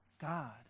God